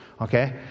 okay